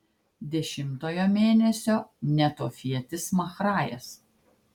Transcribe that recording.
dešimtojo mėnesio netofietis mahrajas